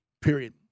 Period